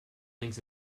thinks